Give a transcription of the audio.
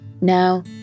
Now